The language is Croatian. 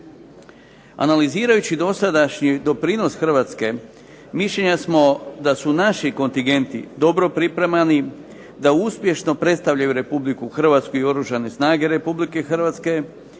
Analizirajući dosadašnji doprinos Hrvatske mišljenja smo da su naši kontingenti dobro pripremani, da uspješno predstavljaju Republiku Hrvatsku i Oružane snage Republike Hrvatske,